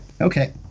Okay